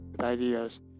ideas